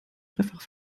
dreifach